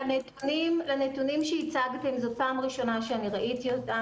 זו פעם ראשונה שאני רואה את הנתונים שהצגתם,